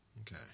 Okay